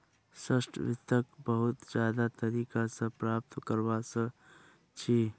short वित्तक बहुत ज्यादा तरीका स प्राप्त करवा सख छी